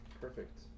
Perfect